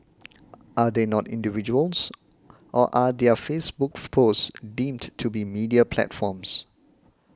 are they not individuals or are their Facebook posts deemed to be media platforms